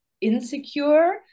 insecure